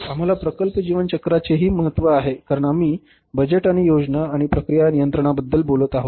आम्हाला प्रकल्प जीवन चक्रचेही महत्त्व आहे कारण आम्ही बजेट आणि योजना आणि प्रक्रिया नियंत्रणाबद्दल बोलत आहोत